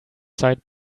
side